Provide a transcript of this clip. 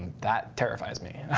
that terrifies me.